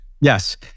Yes